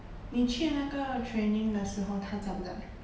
你去那个 training 的时候他在不在